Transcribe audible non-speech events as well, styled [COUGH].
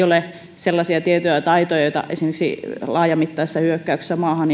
[UNINTELLIGIBLE] ole esimerkiksi sellaisia tietoja ja taitoja joita laajamittaisessa hyökkäyksessä maahan [UNINTELLIGIBLE]